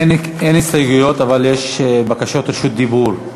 אין הסתייגויות, אבל יש בקשות רשות דיבור.